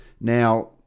Now